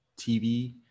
TV